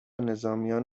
نظامیان